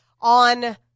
On